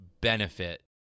benefit